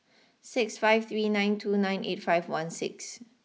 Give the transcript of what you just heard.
six five three nine two nine eight five one six